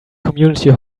community